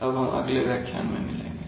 अब हम अगले व्याख्यान में मिलेंगे